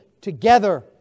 together